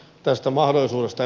tästä mahdollisuudesta